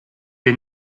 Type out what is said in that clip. est